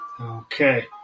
Okay